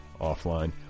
offline